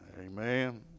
amen